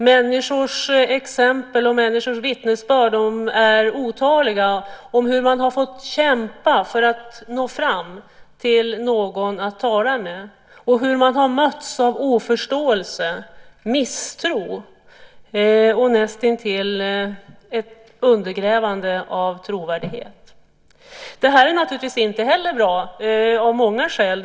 Människors exempel och människors vittnesbörd är otaliga. Det handlar då om hur man har fått kämpa för att nå fram till någon att tala med och om den oförståelse och misstro och ett nästintill undergrävande av trovärdigheten som man mötts av. Detta är naturligtvis inte heller bra, av många skäl.